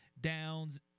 Downs